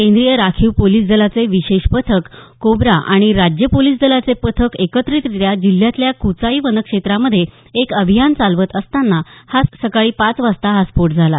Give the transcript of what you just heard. केंद्रीय राखीव पोलिस दलाचे विशेष पथक कोब्रा आणि राज्य पोलिस दलाचे पथक एकत्रितरित्या जिल्ह्यातल्या कुचाई वनक्षेत्रामध्ये एक अभियान चालवत असताना हा आज सकाळी पाच वाजता हा स्फोट झाला